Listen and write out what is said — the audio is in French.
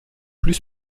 plus